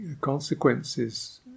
consequences